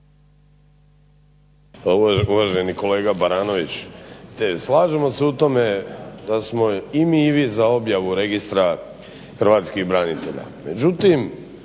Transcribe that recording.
uvaženi kolega Baranović slažemo se u tome da smo i mi i vi za objavu Registra hrvatskih branitelja.